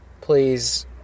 please